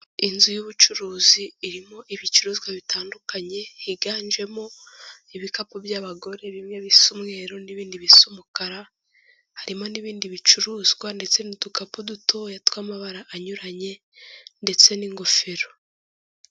Inzu y'ubucuruzi, irimo ibicuruzwa bitandukanye, higanjemo ibikapu by'abagore, bimwe bisa umweru n'ibindi bisa umukara, harimo n'ibindi bicuruzwa ndetse n'udukapu dutoya tw'amabara anyuranye ndetse n'ingofero.